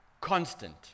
constant